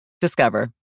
Discover